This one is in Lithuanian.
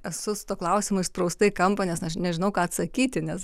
esu su tuo klausimu įsprausta į kampą nes aš nežinau ką atsakyti nes